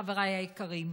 חבריי היקרים,